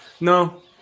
no